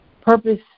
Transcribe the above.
purpose